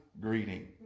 greeting